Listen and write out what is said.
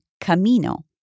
Camino